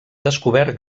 descobert